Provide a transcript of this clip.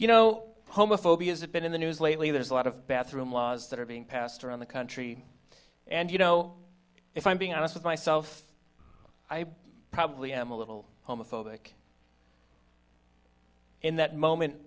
you know homophobia have been in the news lately there's a lot of bathroom laws that are being passed around the country and you know if i'm being honest with myself i probably am a little homophobic in that moment